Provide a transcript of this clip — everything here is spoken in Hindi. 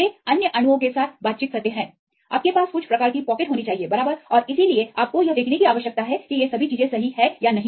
वे अन्य अणुओं के साथ बातचीत करते हैं आपके पास कुछ प्रकार की पॉकेट होनी चाहिए बराबर और इसलिए आपको यह देखने की आवश्यकता है कि ये सभी चीजें सही हैं या नहीं